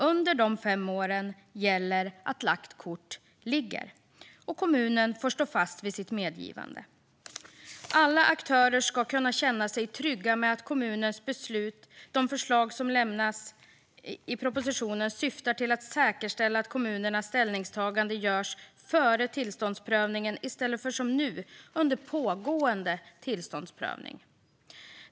Under de fem åren gäller att lagt kort ligger, och kommunen får stå fast vid sitt medgivande. Alla aktörer ska kunna känna sig trygga med kommunens beslut. De förslag som lämnas i propositionen syftar till att säkerställa att kommunernas ställningstagande görs före tillståndsprövningen i stället för som nu under pågående tillståndsprövning.